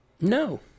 No